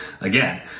again